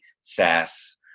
SaaS